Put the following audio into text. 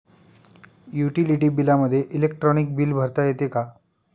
Utility बिलामध्ये electronic bill भरता येते का?